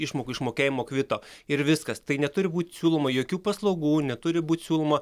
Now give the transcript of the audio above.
išmokų išmokėjimo kvito ir viskas tai neturi būt siūloma jokių paslaugų neturi būt siūloma